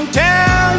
tell